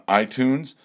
iTunes